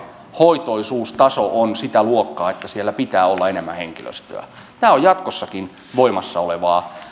hoitoisuustaso on sitä luokkaa että siellä pitää olla enemmän henkilöstöä tämä on jatkossakin voimassa olevaa